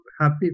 happy